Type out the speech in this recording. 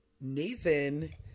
Nathan